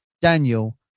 Daniel